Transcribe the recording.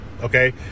okay